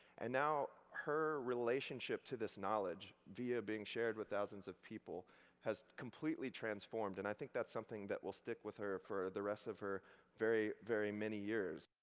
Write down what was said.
and now her relationship to this knowledge via being shared with thousands of people has completely transformed, and i think that's something that will stick with her for the rest of her very, very many years.